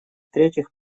третьих